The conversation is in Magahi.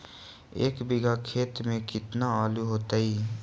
एक बिघा खेत में केतना आलू होतई?